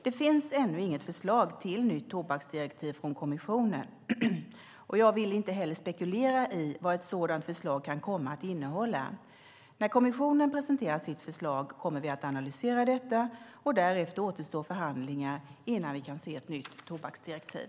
Det finns ännu inget förslag till nytt tobaksdirektiv från kommissionen, och jag vill inte heller spekulera i vad ett sådant förslag kan komma att innehålla. När kommissionen presenterar sitt förslag kommer vi att analysera detta, och därefter återstår förhandlingar innan vi kan se ett nytt tobaksdirektiv.